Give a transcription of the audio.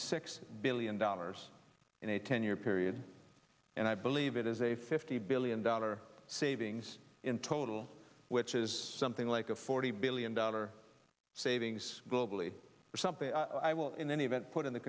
six billion dollars in a ten year period and i believe it is a fifty billion dollar savings in total which is something like a forty billion dollar savings globally or something i will in any event put